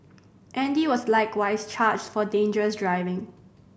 Andy was likewise charged for dangerous driving